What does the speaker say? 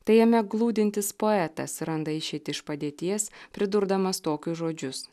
tai jame glūdintis poetas randa išeitį iš padėties pridurdamas tokius žodžius